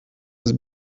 das